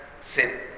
sin